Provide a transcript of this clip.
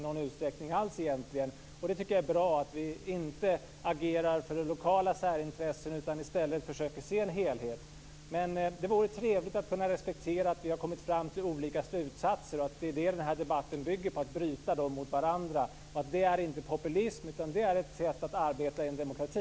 Jag tycker att det är bra att vi inte agerar utifrån lokala särintressen utan i stället försöker se till helheten. Det vore trevligt om man kunde respektera att vi har kommit fram till olika slutsatser och att den här debatten bygger på att bryta dem mot varandra. Det är inte populism utan ett sätt att arbeta i en demokrati.